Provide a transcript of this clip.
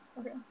Okay